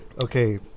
Okay